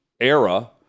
era